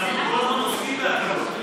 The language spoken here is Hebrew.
אנחנו כל הזמן עוסקים בהקלות,